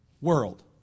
world